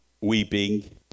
weeping